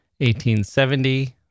1870